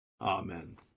Amen